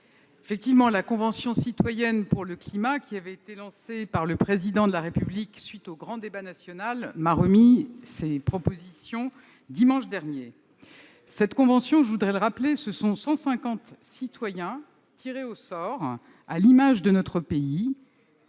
effectivement, la Convention citoyenne pour le climat, qui avait été lancée par le Président de la République à la suite du grand débat national, m'a remis ses propositions, dimanche dernier. Cette convention, je veux le rappeler, ce sont 150 citoyens tirés au sort, à l'image de notre pays